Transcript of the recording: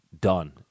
done